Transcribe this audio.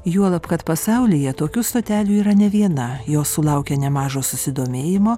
juolab kad pasaulyje tokių stotelių yra ne viena jos sulaukia nemažo susidomėjimo